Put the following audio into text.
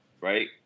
right